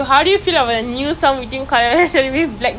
oh charlie d'amelio oh christian